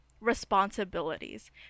responsibilities